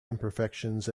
imperfections